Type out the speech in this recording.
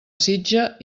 sitja